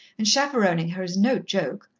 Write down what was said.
and chaperoning her is no joke.